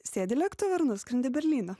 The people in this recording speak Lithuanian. sėdi į lėktuvą ir nuskrendi į berlyną